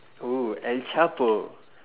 oh el chapo